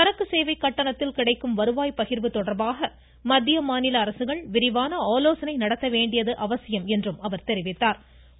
சரக்கு சேவை கட்டணத்தில் கிடைக்கும் வருவாய் பகிர்வு தொடர்பாக மத்திய மாநில அரசுகள் விரிவான ஆலோசனைகள் நடத்த வேண்டியது அவசியம் என்றார் அவர்